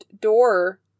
door